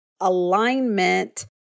alignment